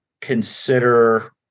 consider